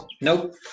Nope